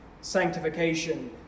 sanctification